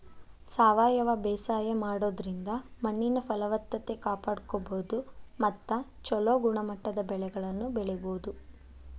ಸಾವಯವ ಬೇಸಾಯ ಮಾಡೋದ್ರಿಂದ ಮಣ್ಣಿನ ಫಲವತ್ತತೆ ಕಾಪಾಡ್ಕೋಬೋದು ಮತ್ತ ಚೊಲೋ ಗುಣಮಟ್ಟದ ಬೆಳೆಗಳನ್ನ ಬೆಳಿಬೊದು